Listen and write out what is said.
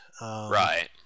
Right